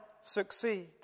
succeed